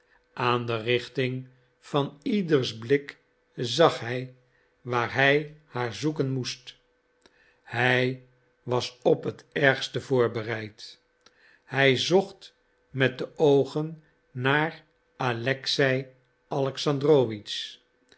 aan de richting van ieders blik zag hij waar hij haar zoeken moest hij was op het ergste voorbereid hij zocht met de oogen naar alexei